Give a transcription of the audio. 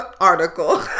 article